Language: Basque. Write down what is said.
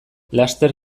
laster